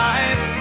Life